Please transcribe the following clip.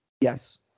Yes